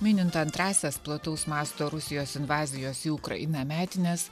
minint antrąsias plataus masto rusijos invazijos į ukrainą metines